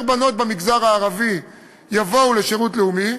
בנות במגזר הערבי יבואו לשירות לאומי.